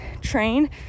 train